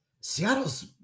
Seattle's